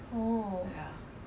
cause I don't have long tights